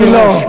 אני לא.